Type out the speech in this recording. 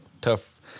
tough